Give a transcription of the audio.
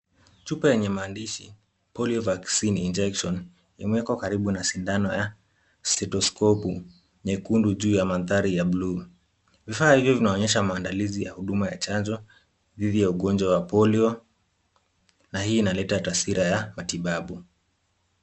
Chupa yenye maandishi polio vaccine injection imewekwa karibu na sindano ya stethoskopu nyekundu juu ya mandhari ya bluu. Vifaa hivi vinaonyesha maandalizi ya huduma ya chanjo dhidi ya ugonjwa wa polio na hii inaleta taswira ya matibabu.